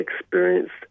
experienced